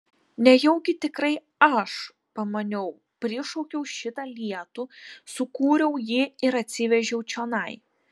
nejaugi tikrai aš pamaniau prišaukiau šitą lietų sukūriau jį ir atsivežiau čionai